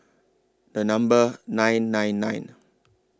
The Number nine nine nine